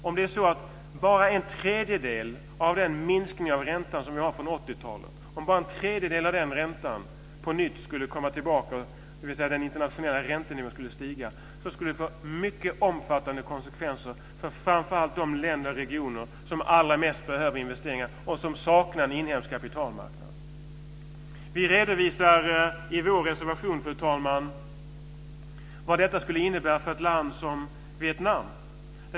Om bara en tredjedel av den ränta som vi hade på 80-talet skulle komma tillbaka, dvs. om den internationella räntenivån skulle stiga, så skulle det få mycket omfattande konsekvenser för framför allt de länder och regioner som allra mest behöver investeringar och som saknar en inhemsk kapitalmarknad. Vi redovisar i vår reservation, fru talman, vad detta skulle innebära för ett land som Vietnam.